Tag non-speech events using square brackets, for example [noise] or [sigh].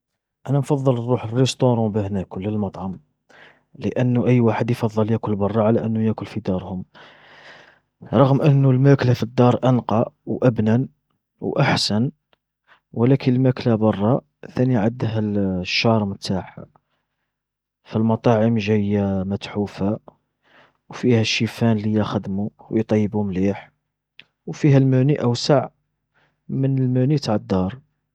انا نفضل نروح للريستورون باه ناكل للمطعم. لان اي واحد يفضل ياكل برا على انه ياكل في دارهم، رغم انه الماكلة في الدار انقى وابنى واحسن، ولكن الماكلة برا ثاني عدها [hesitation] الشارم تاعها. فالمطاعم جاية [hesitation] متحوفة، وفيها الشيفان اللي يخدمو ويطيبو مليح وفيها المونو اوسع من المونو تع الدار.